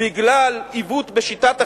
בגלל עיוות בשיטת החישוב,